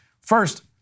First